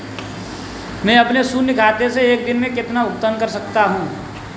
मैं अपने शून्य खाते से एक दिन में कितना भुगतान कर सकता हूँ?